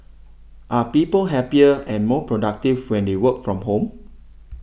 are people happier and more productive when they work from home